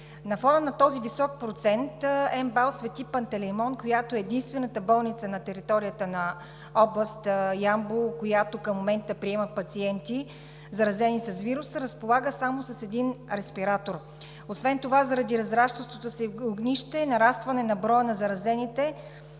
На фона на този висок процент в МБАЛ „Св. Пантeлеймон“, която е единствената болница на територията на област Ямбол, която към момента приема пациенти, заразени с вируса, разполага само с един респиратор. Освен това заради разрастващото се огнище и нарастването на броя на заразените